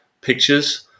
pictures